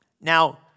Now